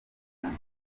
wundi